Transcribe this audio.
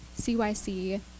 CYC